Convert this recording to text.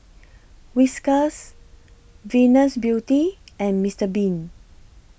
Whiskas Venus Beauty and Mister Bean